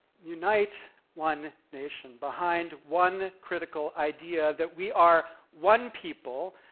unite one nation behind one critical idea that we are one people,